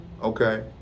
Okay